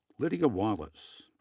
lydia wallace,